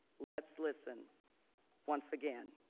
let's listen once again.